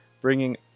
bringing